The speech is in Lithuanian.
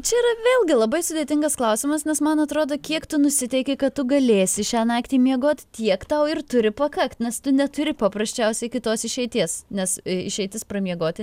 čia yra vėlgi labai sudėtingas klausimas nes man atrodo kiek tu nusiteiki kad tu galėsi šią naktį miegot tiek tau ir turi pakakt nes tu neturi paprasčiausiai kitos išeities nes i išeitis pramiegoti